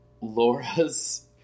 Laura's